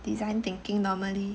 design thinking normally